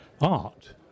Art